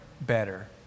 better